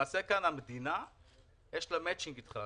למעשה כאן למדינה יש מצ'ינג אתך,